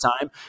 time